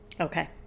Okay